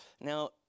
now